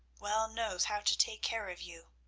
well knows how to take care of you